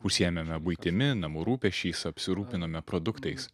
užsiėmėme buitimi namų rūpesčiais apsirūpinome produktais